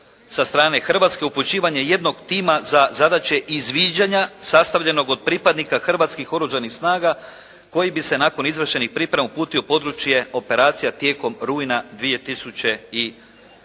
sa strane Hrvatske upućivanje jednog tima za zadaće i izdviđanja sastavljenog od pripadnika Hrvatskih oružanih snaga koji bi se nakon izvršenih priprema uputio u područje operacija tijekom rujna 2008.